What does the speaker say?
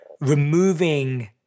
removing